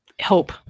hope